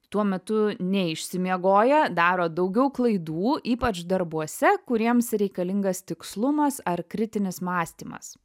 tuo metu neišsimiegoję daro daugiau klaidų ypač darbuose kuriems reikalingas tikslumas ar kritinis mąstymas